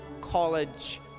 college